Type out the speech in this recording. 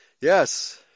Yes